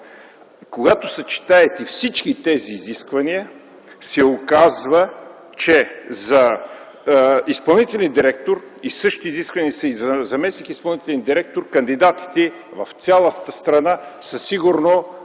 Когато съчетаете всички тези изисквания, се оказва, че за изпълнителен директор, а същите изисквания са и за заместник- изпълнителен директор, кандидатите в цялата страна сигурно